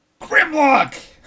Grimlock